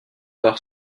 par